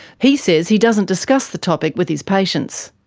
he says he doesn't discuss the topic with his patients.